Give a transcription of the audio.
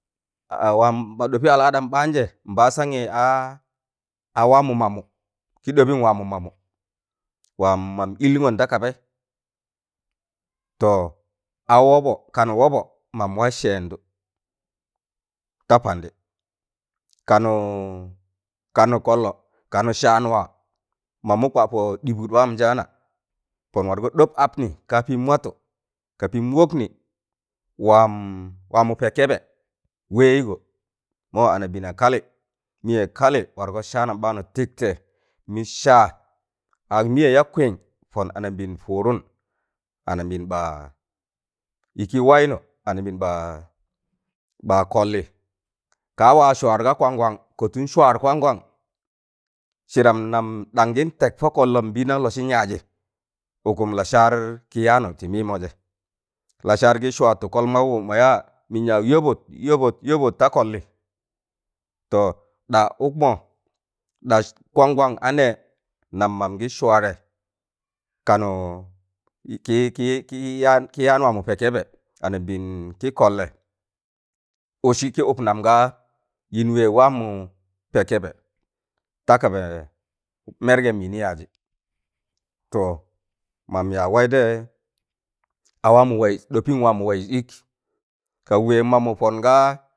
Waam mọ ɗọpi aladam ɓaanjẹ nbasanyiị a waamọ mamụ kị ɗọbịn waamo mamụ waam mam ịllụngọn da kabaị to a wọbọ kanụ wọbọ mam wa sẹẹndụ ta pandị kanụụ kanu kọllọ kanụ saan waa mamụ kwapọ ɗịbụd waam njaana pọn wargọ ɗọb abnị kaa pịịm watụ ka pịịm wọknị waam waamo pẹ kẹbẹ wẹịgọ mọ anambẹẹna kalị mịyị kalị wargọ saanam ɓaanụ wargọ tịktẹ mị saa ag mịyẹ ya kwịn pọn anabiin pụụdụn anambịịn ɓaa lkị waịnụ anambịịn ɓaa- ba kọllị kaa wa swaɗ ga kwangon kọtụn swad kwongon sịdam nam ɗanjịntẹk pọ kọllọm nbịịndam lọsịn yaajị ụkụm lasar kị yaanụ tị mịmọjẹ, lasaar gị swattụ kọl maụwụ mọyaa mịn yaag yọbọt- yọbọt- yọbọt ta kọllị to ɗa ụkmọ ɗas kwangwan anẹẹ nam mam gị sụaadẹ kanụụ kị kị kị yaan kị yaan waamụ pẹ kẹbẹ anambịịn kị kọịlẹ ụsị kị ụp nam gaa yịịn wẹẹg waamọ pẹ kẹbẹ takaba mẹrgẹm yịnị yaajị to mam yaag waịdẹịyẹ a waamọ waịz ik ɗọpịn waamọ waịz ịk kag wẹịg mamụ pọngaa